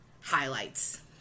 highlights